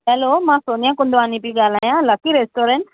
hello मां सोनिया कुंदवानी पई ॻाल्हायां लक्की रेस्टोरंट